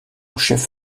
chef